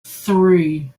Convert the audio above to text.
three